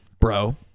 bro